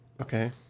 Okay